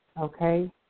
okay